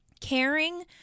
caring